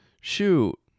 shoot